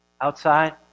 Outside